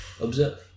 Observe